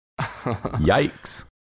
Yikes